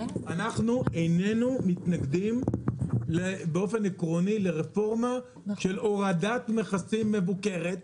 אנחנו איננו מתנגדים באופן עקרוני לרפורמה של הורדת מכסים מבוקרת.